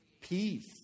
Peace